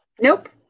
Nope